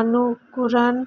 अंकुरण